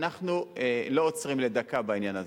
אנחנו לא עוצרים לדקה בעניין הזה.